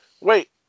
Wait